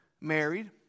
married